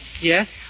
Yes